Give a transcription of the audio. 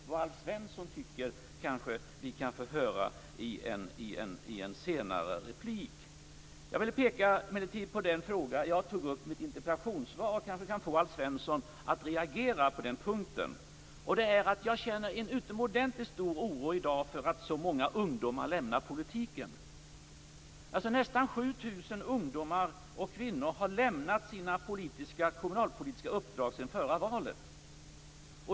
Vad Alf Svensson tycker kan vi kanske få höra i en senare replik. Jag vill peka på den fråga som jag tog upp i mitt interpellationssvar. Jag kanske kan få Alf Svensson att reagera på den punkten. Jag känner i dag en utomordentligt stor oro för att så många ungdomar lämnar politiken. Nästan 7 000 ungdomar och kvinnor har lämnat sina kommunalpolitiska uppdrag sedan förra valet.